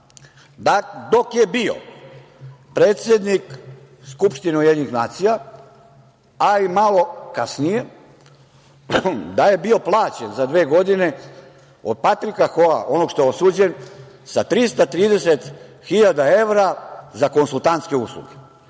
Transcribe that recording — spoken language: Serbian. dok je bio predsednik Skupštine UN, a i malo kasnije, da je bio plaćen za dve godine od Patrika Hoa, onog što je osuđen, sa 330.000 evra za konsultantske usluge.